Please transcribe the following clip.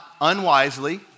unwisely